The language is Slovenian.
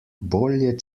bolje